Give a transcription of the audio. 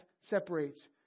separates